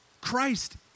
Christ